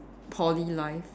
poly life